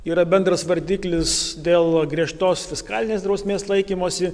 yra bendras vardiklis dėl griežtos fiskalinės drausmės laikymosi